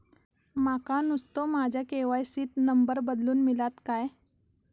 माका नुस्तो माझ्या के.वाय.सी त नंबर बदलून मिलात काय?